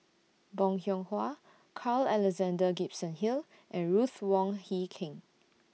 Bong Hiong Hwa Carl Alexander Gibson Hill and Ruth Wong Hie King